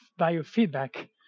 biofeedback